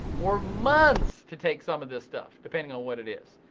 or months to take some of this stuff, depending on what it is.